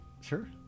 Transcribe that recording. sure